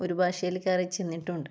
ഒരു ഭാഷയില് കയറി ചെന്നിട്ടുമുണ്ട്